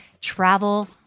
travel